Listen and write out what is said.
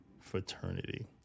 Fraternity